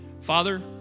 Father